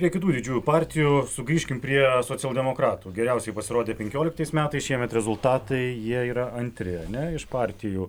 prie kitų didžiųjų partijų sugrįžkim prie socialdemokratų geriausiai pasirodė penkioliktais metais šiemet rezultatai jie yra antri ane iš partijų